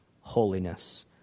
holiness